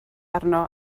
arno